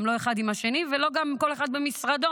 לא אחד עם השני וגם לא כל אחד במשרדו,